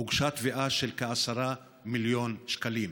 הוגשה תביעה של כ-10 מיליון שקלים.